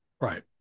Right